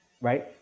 right